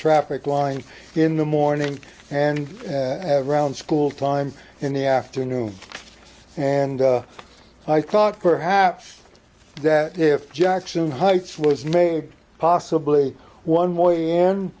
traffic line in the morning and around school time in the afternoon and i thought perhaps that if jackson heights was made possibly one way